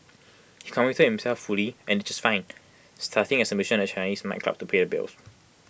he committed himself fully and did just fine starting as A musician at Chinese nightclubs to pay the bills